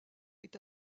est